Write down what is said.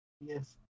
Yes